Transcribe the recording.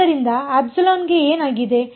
ಆದ್ದರಿಂದ ε ಗೆ ಏನಾಗಿದೆ